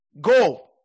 Go